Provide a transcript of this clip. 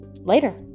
later